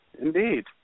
indeed